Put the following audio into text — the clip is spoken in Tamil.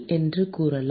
என்று கூறலாம்